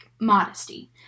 modesty